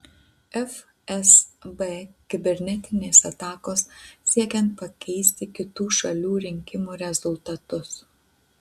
fsb kibernetinės atakos siekiant pakeisti kitų šalių rinkimų rezultatus